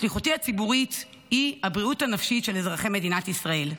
שליחותי הציבורית היא הבריאות הנפשית של אזרחי מדינת ישראל.